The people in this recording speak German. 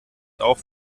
auch